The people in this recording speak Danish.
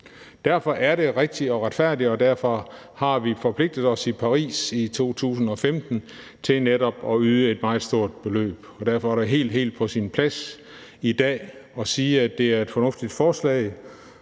Derfor er det rigtigt og retfærdigt, og derfor har vi forpligtet os i Paris i 2015 til netop at yde et meget stort beløb, og derfor er det helt, helt på sin plads i dag at sige, at det er et fornuftigt forslag.